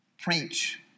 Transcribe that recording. preach